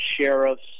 sheriffs